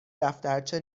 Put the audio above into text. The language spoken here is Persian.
دفترچه